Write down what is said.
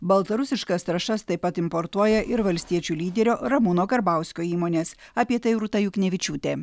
baltarusiškas trąšas taip pat importuoja ir valstiečių lyderio ramūno karbauskio įmonės apie tai rūta juknevičiūtė